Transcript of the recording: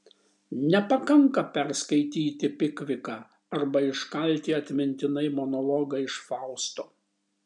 nepakanka perskaityti pikviką arba iškalti atmintinai monologą iš fausto